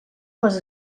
les